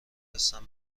هستم